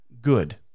good